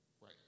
Right